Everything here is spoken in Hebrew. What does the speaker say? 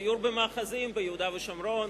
סיור במאחזים ביהודה ושומרון,